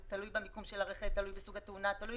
זה תלוי במקום הרכב, תלוי בסוג התאונה, תלוי